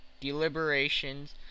deliberations